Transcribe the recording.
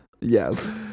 Yes